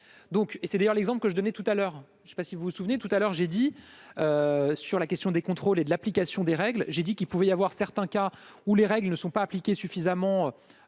c'est d'ailleurs l'exemple que je donnais tout à l'heure, je sais pas si vous vous souvenez tout à l'heure, j'ai dit sur la question des contrôles et de l'application des règles, j'ai dit qu'il pouvait y avoir certains cas où les règles ne sont pas appliquées suffisamment